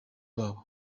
babo